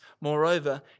Moreover